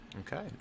Okay